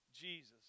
Jesus